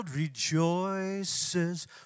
rejoices